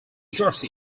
jersey